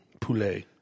Poulet